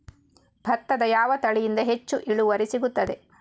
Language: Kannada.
ಭತ್ತದ ಯಾವ ತಳಿಯಿಂದ ಹೆಚ್ಚು ಇಳುವರಿ ಸಿಗುತ್ತದೆ?